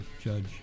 Judge